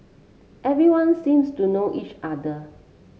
everyone seems to know each other